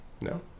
No